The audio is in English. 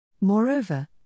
Moreover